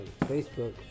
Facebook